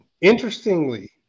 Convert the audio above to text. Interestingly